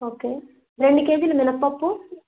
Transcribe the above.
okay రెండు కేజీలు మినప్పప్పు